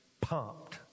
pumped